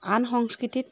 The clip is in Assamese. আন সংস্কৃতিত